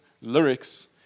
lyrics